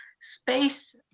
space